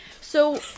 So-